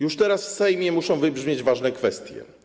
Już teraz jednak w Sejmie muszą wybrzmieć ważne kwestie.